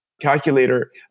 calculator